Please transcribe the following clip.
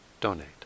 donate